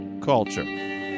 Culture